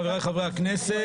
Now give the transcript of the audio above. חבריי חברי הכנסת,